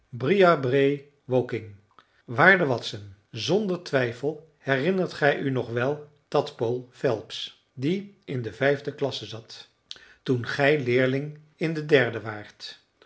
briarbrae woking waarde watson zonder twijfel herinnert gij u nog wel tadpole phelps die in de vijfde klasse zat toen gij leerling in de derde waart